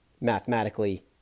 mathematically